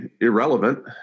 irrelevant